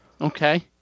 Okay